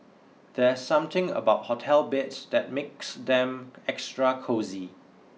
there's something about hotel beds that makes them extra cosy